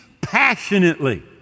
passionately